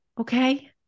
Okay